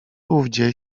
ówdzie